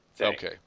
Okay